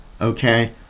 okay